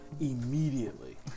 immediately